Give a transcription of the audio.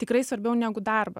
tikrai svarbiau negu darbas